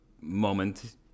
moment